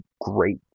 great